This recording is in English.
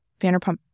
Vanderpump